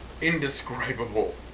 indescribable